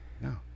No